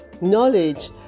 knowledge